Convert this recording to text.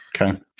Okay